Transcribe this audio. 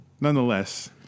nonetheless